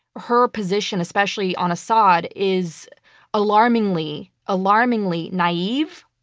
her position, especially on assad, is alarmingly, alarmingly naive,